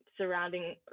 surrounding